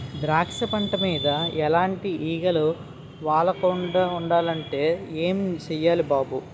ద్రాక్ష పంట మీద ఎలాటి ఈగలు వాలకూడదంటే ఏం సెయ్యాలి బాబూ?